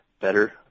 better